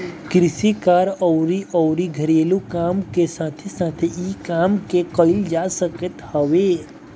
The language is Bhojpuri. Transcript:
कृषि कार्य अउरी अउरी घरेलू काम के साथे साथे इ काम के कईल जा सकत हवे